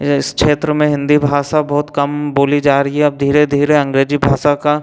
इस क्षेत्र में हिंदी भाषा बहुत कम बोली जा रही है अब धीरे धीरे अंग्रेजी भाषा का